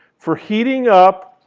for heating up,